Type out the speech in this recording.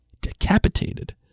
decapitated